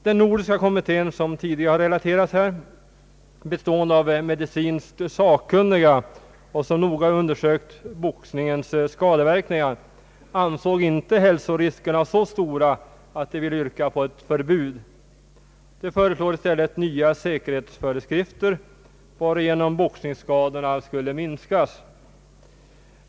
Den nordiska kommitté, som tidigare har relaterats här, bestående av medicinskt sakkunniga, och som noga undersökt boxningens skadeverkningar, ansåg inte hälsoriskerna så stora att man ville yrka på ett förbud. Kommittén föreslog i stället nya säkerhetsföreskrifter varigenom boxningsskadorna skulle minskas.